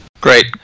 Great